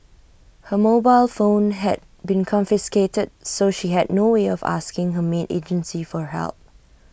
her mobile phone had been confiscated so she had no way of asking her maid agency for help